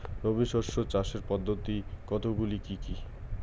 রবি শস্য চাষের পদ্ধতি কতগুলি কি কি?